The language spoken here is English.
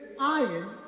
iron